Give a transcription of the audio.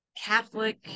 Catholic